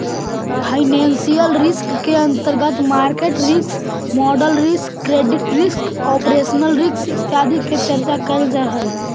financial risk के अंतर्गत market risk, model risk, credit risk, operational risk इत्यादि के चर्चा कैल जा हई